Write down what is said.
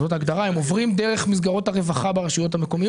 הם עוברים דרך מסגרות הרווחה ברשויות המקומיות.